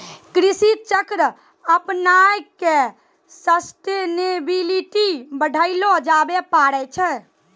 कृषि चक्र अपनाय क सस्टेनेबिलिटी बढ़ैलो जाबे पारै छै